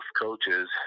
coaches